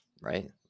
right